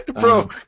Bro